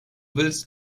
willst